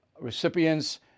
recipients